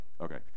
Okay